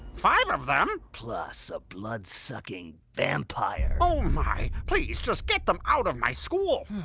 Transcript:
five of them? plus. a blood sucking vampire! oh my please just get them out of my school